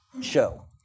show